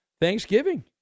Thanksgiving